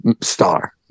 star